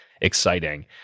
exciting